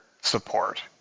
support